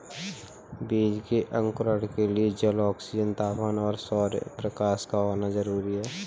बीज के अंकुरण के लिए जल, ऑक्सीजन, तापमान और सौरप्रकाश का होना जरूरी है